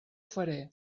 faré